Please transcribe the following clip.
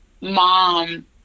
mom